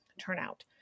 turnout